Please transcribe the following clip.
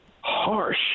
harsh